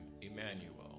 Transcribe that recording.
Emmanuel